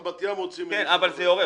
גם בת ים רוצים --- כן, אבל זה יעורר.